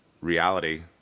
reality